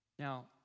Now